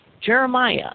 Jeremiah